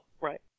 Right